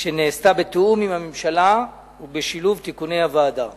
שנעשתה בתיאום עם הממשלה ובשילוב תיקוני הוועדה.